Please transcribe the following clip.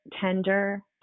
tender